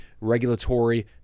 regulatory